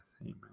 Amen